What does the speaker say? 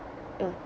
uh